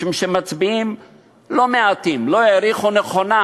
משום שמצביעים לא מעטים לא העריכו נכונה